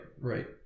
right